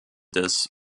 des